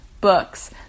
Books